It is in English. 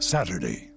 Saturday